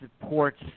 supports